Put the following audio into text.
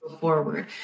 Forward